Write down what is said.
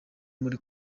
muri